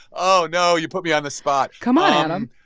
oh, no. you put me on the spot come on,